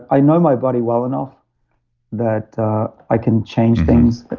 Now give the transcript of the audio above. i know my body well enough that i can change things.